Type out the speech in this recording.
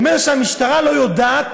אומר שהמשטרה לא יודעת